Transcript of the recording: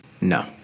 no